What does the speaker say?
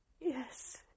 Yes